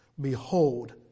Behold